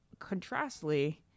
contrastly